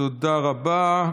תודה רבה.